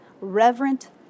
reverent